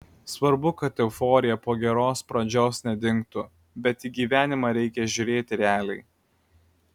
svarbu kad euforija po geros pradžios nedingtų bet į gyvenimą reikia žiūrėti realiai